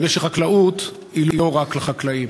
מפני שחקלאות היא לא רק לחקלאים,